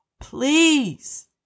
Please